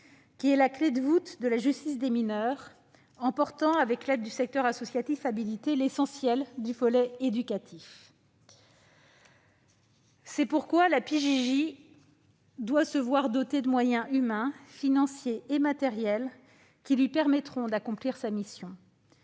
qui est la clé de voûte de la justice des mineurs, car elle porte, avec l'aide du secteur associatif habilité, l'essentiel du volet éducatif. C'est pourquoi la PJJ doit être dotée de moyens humains, financiers et matériels lui permettant d'accomplir sa mission.